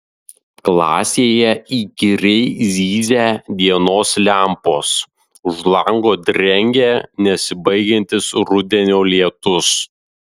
klasėje įkyriai zyzia dienos lempos už lango drengia nesibaigiantis rudenio lietus